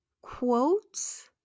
Quotes